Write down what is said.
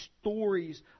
stories